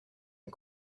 and